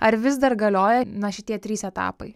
ar vis dar galioja na šitie trys etapai